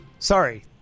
Sorry